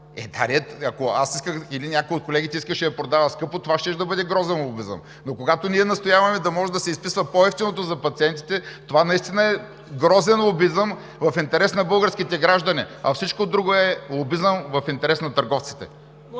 ако аз или някой от колегите искаше да продава, това би било грозен лобизъм, но когато ние настояваме да може да се изписва по-евтиното за пациентите, това наистина е грозен лобизъм в интерес на българските граждани. Всичко друго е лобизъм в интерес на търговците.